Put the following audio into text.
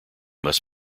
must